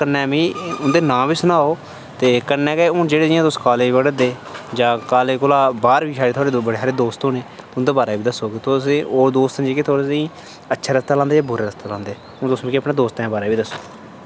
होर उं'दे कन्नै मिगी उं'दे नांऽ बी सनाओ ते कन्नै गै हू'न जेह्ड़े जि'यां तुस काॅलेज पढ़ा दे जां काॅलेज कोला बाह्र बी शैद थोह्ड़े बड़े हारे दोस्त होने उं'दे बारै च दस्सो तुस ते ओह् दोस्त जेह्के तुसेंगी अच्छे रस्ते लांदे जां बुरे रस्ते लांदे हू'न तुस मिगी अपने दोस्तें दे बारै च बी दस्सो